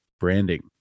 branding